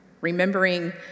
remembering